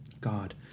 God